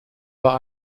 bei